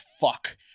fuck